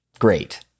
Great